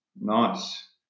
Nice